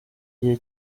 igihe